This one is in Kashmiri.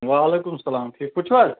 وعلیکُم سلام ٹھیٖک پٲٹھۍ چھِو حظ